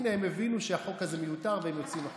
הינה, הם הבינו שהחוק הזה מיותר והם יוצאים החוצה.